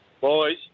Boys